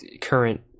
current